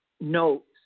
notes